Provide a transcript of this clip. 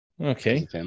Okay